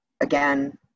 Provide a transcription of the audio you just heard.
Again